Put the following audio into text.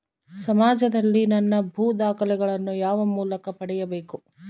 ಸಮಾಜದಲ್ಲಿ ನನ್ನ ಭೂ ದಾಖಲೆಗಳನ್ನು ಯಾವ ಮೂಲಕ ಪಡೆಯಬೇಕು?